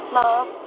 love